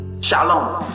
Shalom